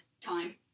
time